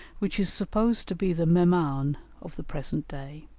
which is supposed to be the memaun of the present day,